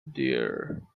dear